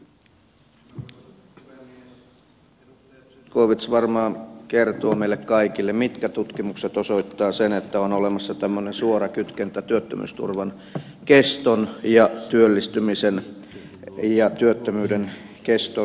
edustaja zyskowicz varmaan kertoo meille kaikille mitkä tutkimukset osoittavat sen että on olemassa tämmöinen suora kytkentä työttömyysturvan keston ja työllistymisen ja työttömyyden keston välillä